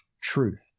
truth